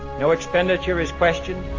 no expenditure is questioned,